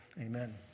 Amen